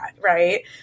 right